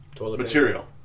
Material